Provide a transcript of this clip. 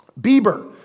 Bieber